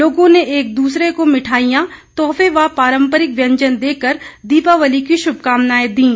लोगों ने एक दूसरे को मिठाईयां तोहफे व पारंपरिक व्यंजन देकर दीपावली की शुभकामनाएं दीं